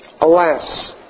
Alas